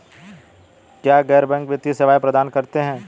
क्या बैंक गैर वित्तीय सेवाएं प्रदान करते हैं?